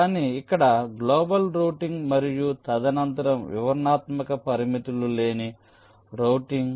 కానీ ఇక్కడ global routing మరియు తదనంతరం వివరణాత్మక పరిమితులు లేని రౌటింగ్